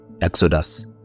Exodus